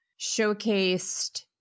showcased